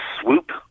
swoop